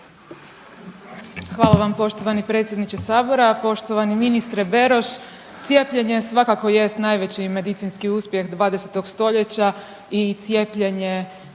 Hvala vam poštovani predsjedniče Sabora, poštovani ministre Beroš. Cijepljenje svakako jest najveći medicinski uspjeh 20. st. i cijepljenje